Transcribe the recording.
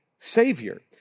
Savior